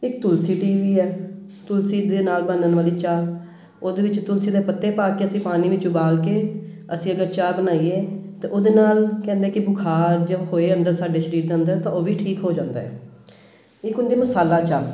ਇੱਕ ਤੁਲਸੀ ਟੀ ਵੀ ਹੈ ਤੁਲਸੀ ਦੇ ਨਾਲ ਬਣਨ ਵਾਲੀ ਚਾਹ ਉਹਦੇ ਵਿੱਚ ਤੁਲਸੀ ਦੇ ਪੱਤੇ ਪਾ ਕੇ ਅਸੀਂ ਪਾਣੀ ਵਿੱਚ ਉਬਾਲ ਕੇ ਅਸੀਂ ਅਗਰ ਚਾਹ ਬਣਾਈਏ ਤਾਂ ਉਹਦੇ ਨਾਲ ਕਹਿੰਦੇ ਕਿ ਬੁਖਾਰ ਜੇ ਹੋਏ ਅੰਦਰ ਸਾਡੇ ਸਰੀਰ ਦੇ ਅੰਦਰ ਤਾਂ ਉਹ ਵੀ ਠੀਕ ਹੋ ਜਾਂਦਾ ਹੈ ਇੱਕ ਹੁੰਦੀ ਮਸਾਲਾ ਚਾਹ